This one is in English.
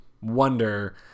wonder